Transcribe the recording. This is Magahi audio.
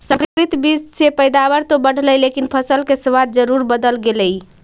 संकरित बीज से पैदावार तो बढ़लई लेकिन फसल के स्वाद जरूर बदल गेलइ